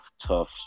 tough